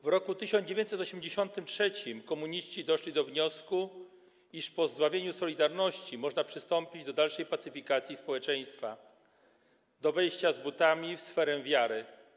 W 1983 r. komuniści doszli do wniosku, iż po zdławieniu „Solidarności” można przystąpić do dalszej pacyfikacji społeczeństwa, do wejścia z butami w sferę wiary.